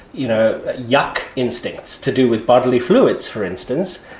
you know, yuk instincts to do with bodily fluids for instance,